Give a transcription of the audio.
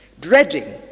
dreading